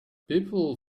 people